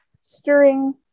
stirring